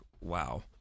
wow